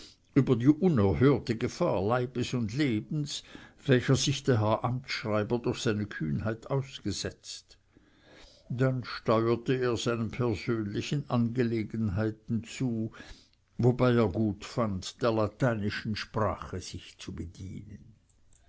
über die unerhörte gefahr leibes und lebens welcher sich der herr amtschreiber durch seine kühnheit ausgesetzt dann steuerte er seinen persönlichen angelegenheiten zu wobei er gut fand der lateinischen sprache sich zu bedienen